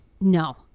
no